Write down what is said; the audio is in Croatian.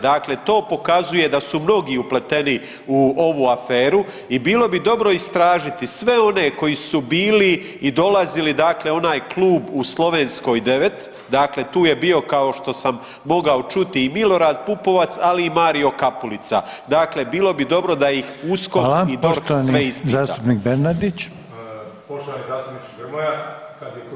Dakle, to pokazuje da su mnogi upleteni u ovu aferu i bilo bi dobro istražiti sve oni koji su bili i dolazili dakle u onaj klub u Slovenskoj 9, dakle tu je bio, kao što sam mogao čuti i Milorad Pupovac, ali i Mario Kapulica, dakle bilo bi dobro da ih USKOK i DORH sve [[Upadica: Hvala.]] ispita.